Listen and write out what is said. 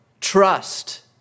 trust